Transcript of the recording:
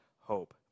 hope